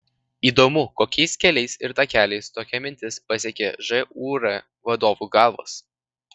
įdomu kokiais keliais ir takeliais tokia mintis pasiekė žūr vadovų galvas